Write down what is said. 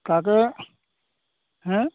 তাকে হেঁ